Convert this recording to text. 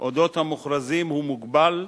על המוכרזים הוא מוגבל,